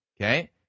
Okay